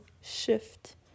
shift